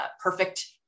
perfect